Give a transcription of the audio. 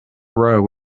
row